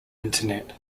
internet